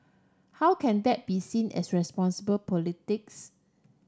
how can that be seen as responsible politics